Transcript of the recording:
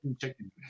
chicken